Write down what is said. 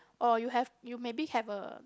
or you have you maybe have a